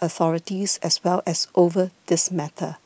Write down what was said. authorities as well as over this matter